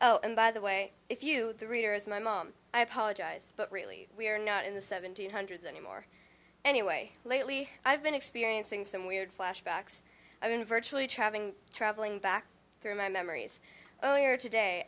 oh and by the way if you the reader is my mom i apologize but really we are not in the seventy hundreds anymore anyway lately i've been experiencing some weird flashbacks i mean virtually each having traveling back through my memories earlier today